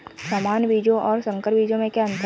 सामान्य बीजों और संकर बीजों में क्या अंतर है?